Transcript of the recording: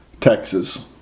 Texas